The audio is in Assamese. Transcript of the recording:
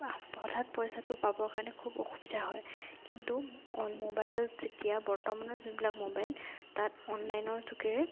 হঠাৎ পইচাটো পাবৰ কাৰণে খুব অসুবিধা হয় কিন্তু মোবাইলত যেতিয়া বৰ্তমানৰ যোনবিলাক মোবাইল তাত অনলাইনৰ যোগেৰে